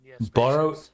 borrow